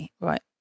Right